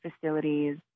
facilities